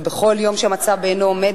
ובכל יום שהמצב בעינו עומד,